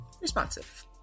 responsive